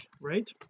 right